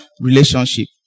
relationship